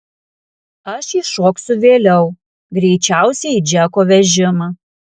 aš įšoksiu vėliau greičiausiai į džeko vežimą